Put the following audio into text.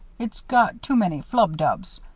it's got too many flub-dubs.